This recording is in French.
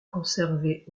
conservée